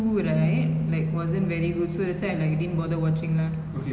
அவங்க சப்புன்னு முடிச்சிடாங்க அதுவந்து ஒழுங்கா ஒரு:avanga sappunu mudichitaanga athuvanthu olungaa oru thought of